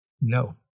No